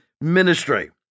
ministry